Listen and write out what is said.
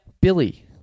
Billy